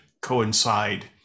coincide